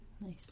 Nice